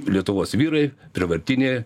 lietuvos vyrai prievartinė